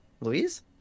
Louise